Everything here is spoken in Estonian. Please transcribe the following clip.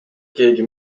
keegi